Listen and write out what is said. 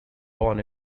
born